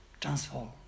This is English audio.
Transform